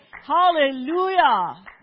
Hallelujah